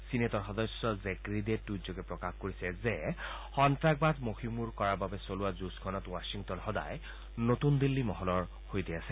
চিনেটৰ সদস্য জেকৰিডে টুইট যোগে প্ৰকাশ কৰিছে যে সন্তাসবাদ মযিমূৰ কৰাৰ বাবে চলোৱা যুঁজখনত ৱাশ্বিংটন সদায় নতুন দিল্লী মহলৰ সৈতে আছে